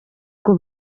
ngo